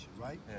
right